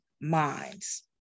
minds